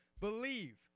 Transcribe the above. believe